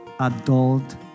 Adult